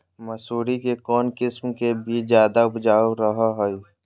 मसूरी के कौन किस्म के बीच ज्यादा उपजाऊ रहो हय?